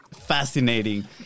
fascinating